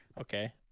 Okay